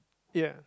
ya